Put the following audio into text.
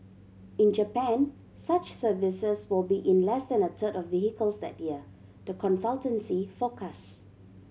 in Japan such services will be in less than a third of vehicles that year the consultancy forecast